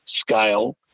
scale